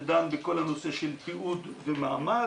שדן בכל הנושא של תיעוד ומעמד.